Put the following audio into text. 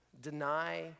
deny